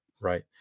right